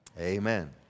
Amen